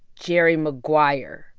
jerry maguire